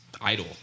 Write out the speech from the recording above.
idol